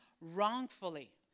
wrongfully